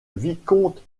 vicomte